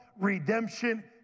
Redemption